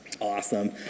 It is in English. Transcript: Awesome